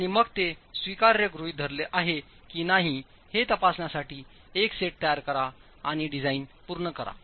आणि मग ते स्वीकार्य गृहित धरले आहे की नाही हे तपासण्यासाठी एक सेट तयार करा आणि डिझाइन पूर्ण करा